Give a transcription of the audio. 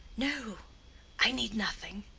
no i need nothing.